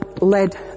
led